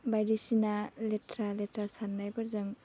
बायदिसिना लेथ्रा लेथ्रा साननायफोरजों